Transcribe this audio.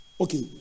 Okay